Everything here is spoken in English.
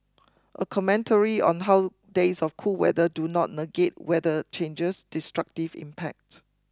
a commentary on how days of cool weather do not negate weather change's destructive impact